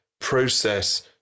process